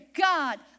God